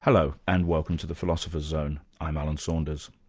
hello, and welcome to the philosopher's zone. i'm alan saunders.